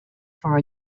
for